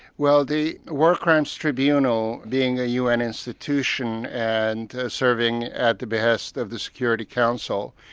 well the war crimes tribunal, being a un institution, and serving at the behest of the security council,